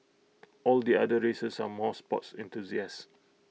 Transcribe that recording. all the other races are more sports enthusiasts